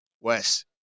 Wes